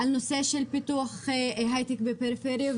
תוכניות בנושא של פיתוח הייטק בפריפריה,